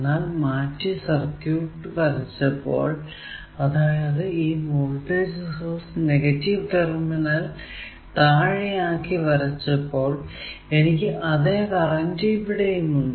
എന്നാൽ മാറ്റി സർക്യൂട് വരച്ചപ്പോൾ അതായതു ഈ വോൾടേജ് സോഴ്സ് നെഗറ്റീവ് ടെർമിനൽ താഴെ ആക്കി വരച്ചപ്പോൾ എനിക്ക് അതെ കറന്റ് ഇവിടെയും ഉണ്ട്